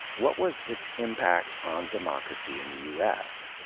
what was its impact on democracy in the u s?